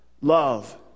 Love